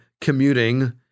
commuting